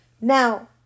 Now